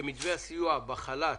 שמתווה הסיוע בחל"ת,